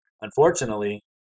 unfortunately